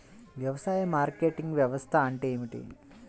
వ్యవసాయ మార్కెటింగ్ వ్యవస్థ అంటే ఏమిటి?